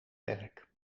werk